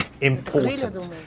important